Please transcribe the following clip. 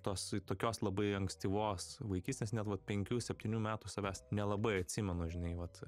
tos tokios labai ankstyvos vaikystės net vat penkių septynių metų savęs nelabai atsimenu žinai vat